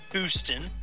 Houston